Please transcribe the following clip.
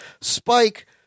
Spike